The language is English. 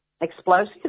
explosives